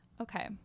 Okay